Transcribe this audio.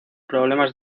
problemas